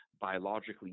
biologically